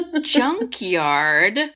junkyard